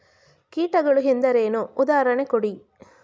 ಕೀಟಗಳು ಎಂದರೇನು? ಉದಾಹರಣೆ ಕೊಡಿ?